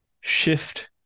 shift